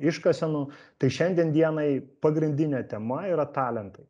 iškasenų tai šiandien dienai pagrindinė tema yra talentai